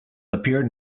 appeared